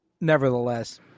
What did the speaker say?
nevertheless